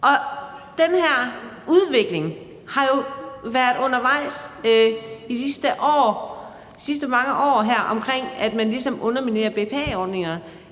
Og den her udvikling har jo været undervejs i de sidste mange år, i forhold til at man ligesom underminerer BPA-ordningerne.